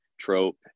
trope